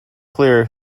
clear